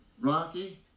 Rocky